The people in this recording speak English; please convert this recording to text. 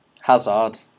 Hazard